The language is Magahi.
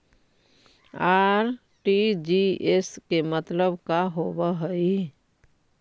आर.टी.जी.एस के मतलब का होव हई?